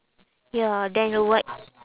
ya then the white